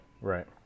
Right